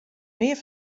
mear